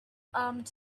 armed